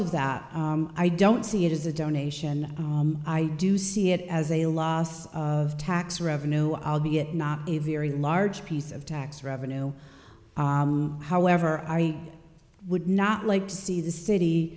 of that i don't see it as a donation i do see it as a last of tax revenue i'll be it not a very large piece of tax revenue however i would not like to see the city